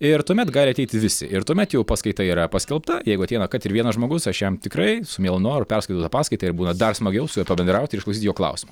ir tuomet gali ateiti visi ir tuomet jau paskaita yra paskelbta jeigu ateina kad ir vienas žmogus aš jam tikrai su mielu noru perskaitau tą paskaitą ir būna dar smagiau su juo pabendraut ir išklausyti jo klausimų